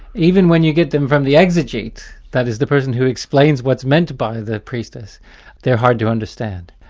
even when you get them from the exegete that is, the person who explains what's meant by the priestess they're hard to understand.